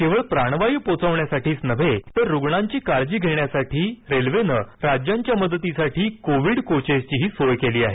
केवळ प्राणवायू पोहोचवण्याचीच नव्हे तर रूग्णांची काळजी घेण्यासाठी रेल्वेनं राज्यांच्या मदतीकरिता कोविड कोचेसही सोय केली आहे